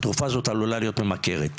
התרופה הזאת עלולה להיות ממכרת.